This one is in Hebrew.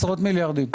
עשרות מיליארדים.